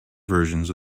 versions